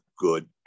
good